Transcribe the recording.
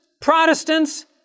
protestants